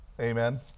Amen